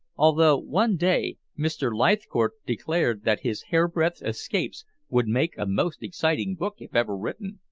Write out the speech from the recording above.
although one day mr. leithcourt declared that his hairbreadth escapes would make a most exciting book if ever written.